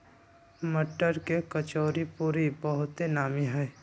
मट्टर के कचौरीपूरी बहुते नामि हइ